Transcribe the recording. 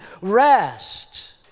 rest